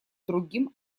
другим